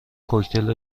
کوکتل